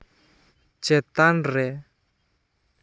ᱪᱮᱛᱟᱱ ᱨᱮ